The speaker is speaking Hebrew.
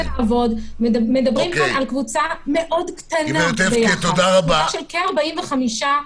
מדברים על קבוצה מאוד קטנה, כ-45 אנשים.